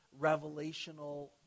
revelational